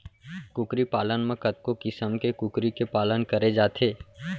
कुकरी पालन म कतको किसम के कुकरी के पालन करे जाथे